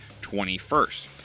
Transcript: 21st